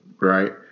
right